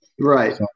Right